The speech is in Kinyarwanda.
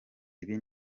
ibi